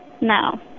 No